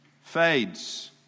fades